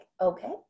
okay